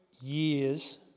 years